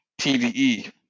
TDE